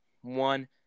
one